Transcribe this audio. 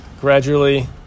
gradually